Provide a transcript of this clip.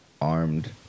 armed